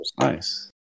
nice